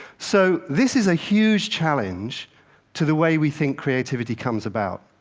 so this is a huge challenge to the way we think creativity comes about.